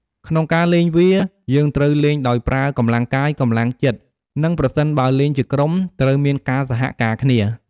ក្នុងការលេងវា យើងត្រូវលេងដោយប្រើកម្លាំងកាយ កម្លាំងចិត្ត និងប្រសិនបើលេងជាក្រុមត្រូវមានការសហការគ្នា។